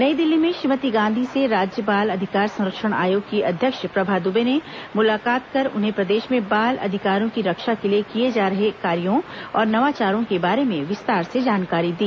नई दिल्ली में श्रीमती गांधी से राज्य बाल अधिकार संरक्षण आयोग की अध्यक्ष प्रभा दुबे ने मुलाकात कर उन्हें प्रदेश में बाल अधिकारों की रक्षा के लिए किए जा रहे कार्यों और नवाचारों के बारे में विस्तार से जानकारी दी